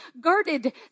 guarded